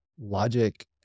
logic